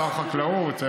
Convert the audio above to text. שר החקלאות,